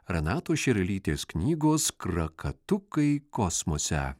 renatos šerelytės knygos krakatukai kosmose